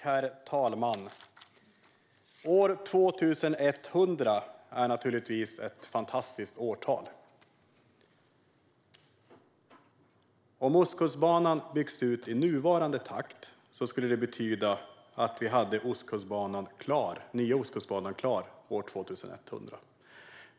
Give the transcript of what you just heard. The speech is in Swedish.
Herr talman! År 2100 är ett fantastiskt årtal. Om Ostkustbanan byggs ut i nuvarande takt betyder det att vi skulle ha Nya Ostkustbanan klar år 2100.